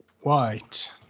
White